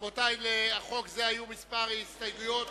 רבותי, לחוק זה היו כמה הסתייגויות